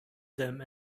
them